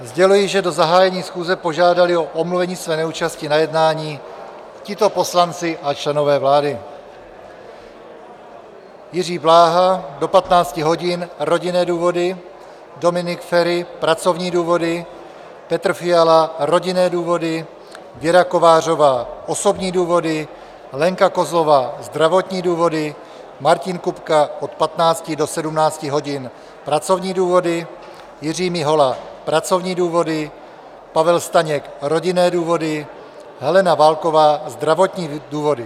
Sděluji, že do zahájení schůze požádali o omluvení své neúčasti na jednání tito poslanci a členové vlády: Jiří Bláha do 15 hodin rodinné důvody, Dominik Feri pracovní důvody, Petr Fiala rodinné důvody, Věra Kovářová osobní důvody, Lenka Kozlová zdravotní důvody, Martin Kupka od 15 do 17 hodin pracovní důvody, Jiří Mihola pracovní důvody, Pavel Staněk rodinné důvody, Helena Válková zdravotní důvody.